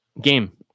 game